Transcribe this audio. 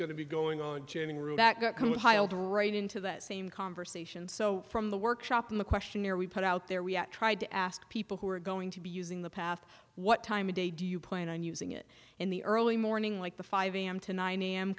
going to be going on in general that got compiled right into that same conversation so from the workshop in the questionnaire we put out there we have tried to ask people who are going to be using the path what time of day do you plan on using it in the early morning like the five am to nine a